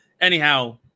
Anyhow